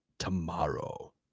tomorrow